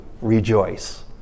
rejoice